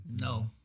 No